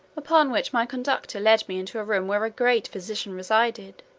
upon which my conductor led me into a room where a great physician resided,